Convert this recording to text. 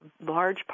large